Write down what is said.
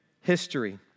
history